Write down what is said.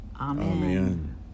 Amen